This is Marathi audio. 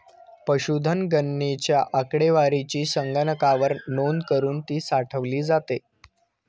पशुधन गणनेच्या आकडेवारीची संगणकावर नोंद करुन ती साठवली जाते